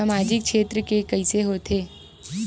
सामजिक क्षेत्र के कइसे होथे?